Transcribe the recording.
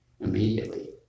immediately